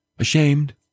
Ashamed